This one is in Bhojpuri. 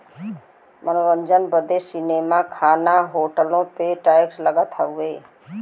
मनोरंजन बदे सीनेमा, खाना, होटलो पे टैक्स लगत हउए